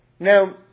Now